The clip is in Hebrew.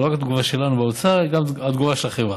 לא רק תגובה שלנו באוצר אלא גם התגובה של החברה.